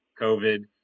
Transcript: COVID